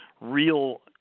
real